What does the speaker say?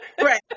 Right